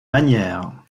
manière